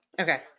Okay